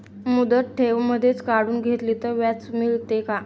मुदत ठेव मधेच काढून घेतली तर व्याज मिळते का?